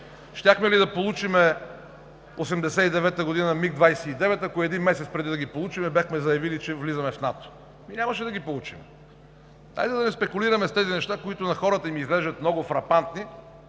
Щяхме ли да получим през 1989 г. за МиГ-29, ако един месец преди да ги получим, бяхме заявили, че влизаме в НАТО – нямаше да ги получим. Дайте да не спекулираме с тези неща, които изглеждат на хората много фрапантни,